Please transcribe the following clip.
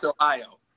Ohio